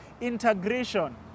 integration